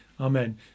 amen